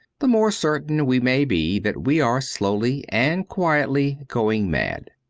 the more certain we may be that we are slowly and quietly going mad.